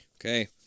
okay